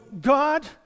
God